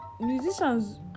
musicians